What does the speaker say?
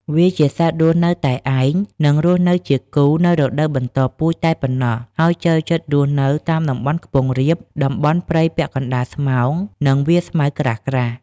វាជាសត្វរស់នៅតែឯង និងរស់នៅជាគូនៅរដូវបន្តពូជតែប៉ុណ្ណោះ ហើយចូលចិត្តរស់នៅតាមតំបន់ខ្ពង់រាប តំបន់ព្រៃពាក់កណ្តាលស្រោង និងវាលស្មៅក្រាស់ៗ។